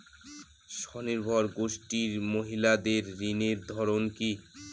স্বনির্ভর গোষ্ঠীর মহিলাদের ঋণের ধরন কি?